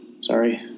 Sorry